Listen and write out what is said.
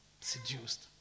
Seduced